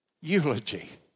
Eulogy